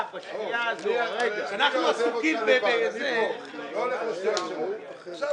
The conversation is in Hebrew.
שיוגשו, יחולו עליהן ההוראות החדשות